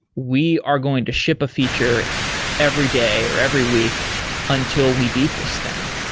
we are going to ship a feature every day or every week until we beat this thing,